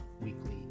Weekly